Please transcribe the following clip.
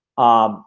um